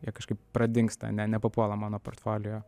jie kažkaip pradingsta ane nepapuola mano portfolio